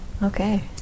okay